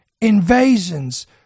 invasions